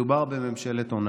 מדובר בממשלת הונאה.